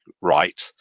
right